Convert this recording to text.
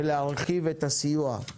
ולהרחיב את הסיוע.